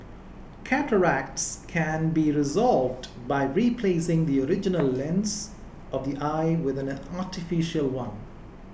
cataracts can be resolved by replacing the original lens of the eye with an artificial one